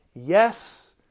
Yes